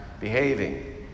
behaving